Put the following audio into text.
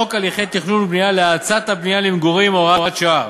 בחוק הליכי תכנון ובנייה להאצת בנייה למגורים (הוראת שעה),